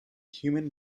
human